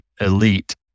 Elite